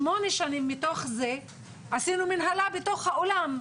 שמונה שנים מתוך זה עשינו מנהלה בתוך האולם,